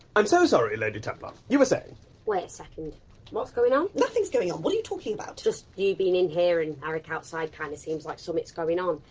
i'm so sorry, lady templar, you were saying? wait a second what's going on? nothing's going on, what are you talking about? just you being in here, and eric outside, kind of seems like so um something's going on.